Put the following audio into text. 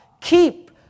Keep